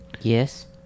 Yes